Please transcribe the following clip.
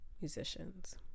musicians